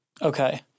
Okay